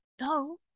No